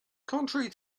contrary